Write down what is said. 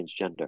transgender